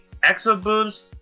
exo-boost